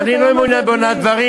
אני לא מעוניין בהונאת דברים.